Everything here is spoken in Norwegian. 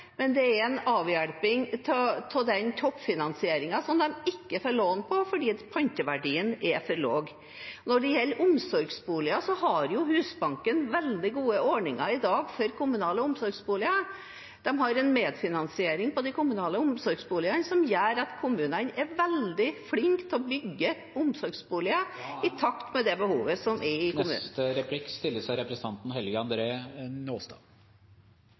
men det er en avhjelping av den toppfinansieringen som de ikke får lån på fordi panteverdien er for lav. Når det gjelder omsorgsboliger, har Husbanken i dag veldig gode ordninger for kommunale omsorgsboliger. De har en medfinansiering på de kommunale omsorgsboligene som gjør at kommunene er veldig flinke til å bygge omsorgsboliger i takt med behovet som er i kommunen. Eg merka meg at representanten,